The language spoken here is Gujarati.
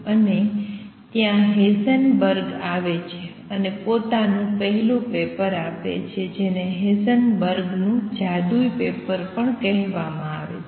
અને ત્યાં હેઇસેનબર્ગ આવે છે અને પોતાનું પહેલું પેપર આપે છે જેને હેઝનબર્ગ નું જાદુઈ પેપર પણ કહેવામાં આવે છે